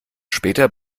später